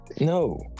no